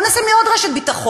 בוא נשים לי עוד רשת ביטחון,